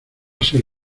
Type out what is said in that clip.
ser